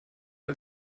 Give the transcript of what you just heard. als